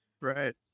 right